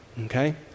okay